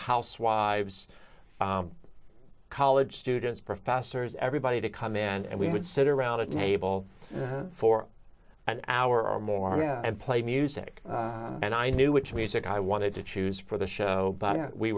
housewives college students professors everybody to come in and we would sit around a table for an hour or more and play music and i knew which music i wanted to choose for the show